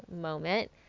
moment